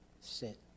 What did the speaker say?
sit